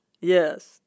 Yes